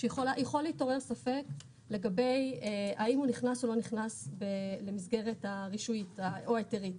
יכול להתעורר ספק האם הוא נכנס או לא נכנס למסגרת הרישוי או ההיתרים,